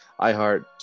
iHeart